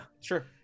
Sure